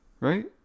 Right